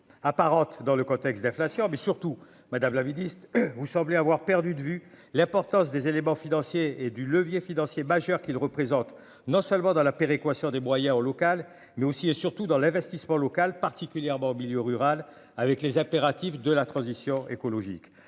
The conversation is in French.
apparente dans le contexte d'inflation mais surtout madame vie Dist, vous semblez avoir perdu de vue l'importance des éléments financiers et du levier financier majeur qu'il représente, non seulement dans la péréquation des moyens en local, mais aussi et surtout dans l'investissement local particulièrement en milieu rural avec les impératifs de la transition écologique,